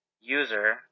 user